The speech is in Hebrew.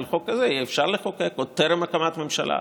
אבל חוק כזה אפשר יהיה לחוקק עוד טרם הקמת הממשלה,